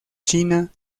china